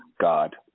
God